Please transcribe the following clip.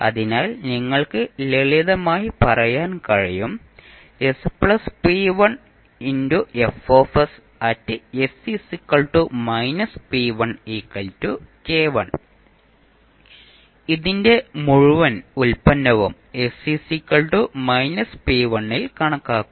അതിനാൽ നിങ്ങൾക്ക് ലളിതമായി പറയാൻ കഴിയും ഇതിന്റെ മുഴുവൻ ഉൽപ്പന്നവും s −p1 ൽ കണക്കാക്കും